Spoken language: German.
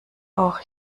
auch